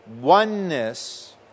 oneness